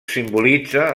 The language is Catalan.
simbolitza